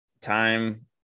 time